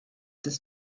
des